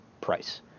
price